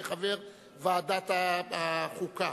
כחבר ועדת החוקה,